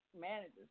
managers